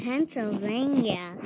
Pennsylvania